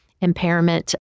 impairment